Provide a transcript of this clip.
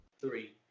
Three